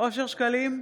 אושר שקלים,